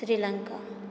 Sri Lanka